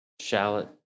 shallot